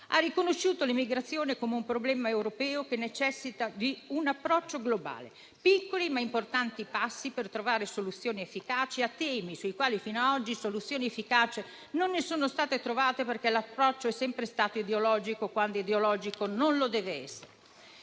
ha riconosciuto l'immigrazione come un problema europeo che necessita di un approccio globale; piccoli ma importanti passi per trovare soluzioni efficaci a temi sui quali fino a oggi soluzioni efficaci non ne sono state trovate, perché l'approccio è sempre stato ideologico, quando ideologico non dev'essere.